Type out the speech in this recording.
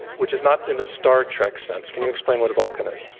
which is not in the star trek sense. can you explain what a vulcan is?